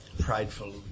Prideful